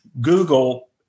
Google